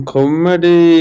Comedy